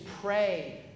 pray